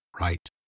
right